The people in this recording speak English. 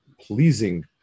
pleasing